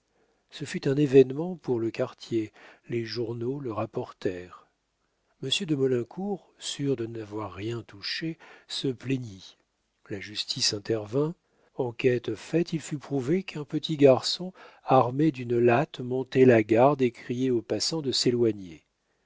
ce fut un événement pour le quartier les journaux le rapportèrent monsieur de maulincour sûr de n'avoir rien touché se plaignit la justice intervint enquête faite il fut prouvé qu'un petit garçon armé d'une latte montait la garde et criait aux passants de s'éloigner